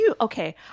Okay